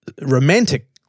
romantic